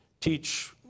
teach